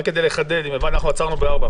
עצרנו ב-4,